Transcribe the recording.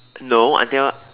no I think I